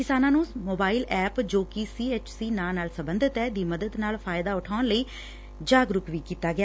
ਕਿਸਾਨਾਂ ਨੂੰ mobile app ਜੋ ਕਿ ਸੀ ਐਚ ਸੀ ਨਾ ਨਾਲ ਸਬੰਧਤ ਐ ਦੀ ਮਦਦ ਨਾਲ ਫਾਇਦਾ ਉਠਾਉਣ ਲਈ ਜਾਗਰੂਕ ਵੀ ਕੀਤਾ ਗਿਆ